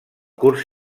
curs